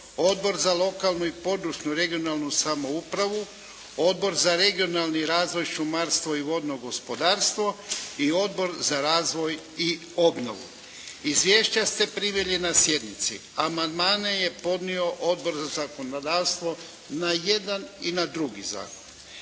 Odbor za lokalnu i područnu (regionalnu) samoupravu, Odbor za regionalni razvoj, šumarstvo i vodno gospodarstvo i Odbor za razvoj i obnovu. Izvješća ste primili na sjednici. Amandmane je podnio Odbor za zakonodavstvo na jedan i na drugi zakon.